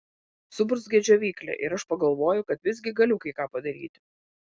suburzgia džiovyklė ir aš pagalvoju kad visgi galiu kai ką padaryti